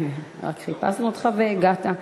רק חיפשנו אותך והגעת.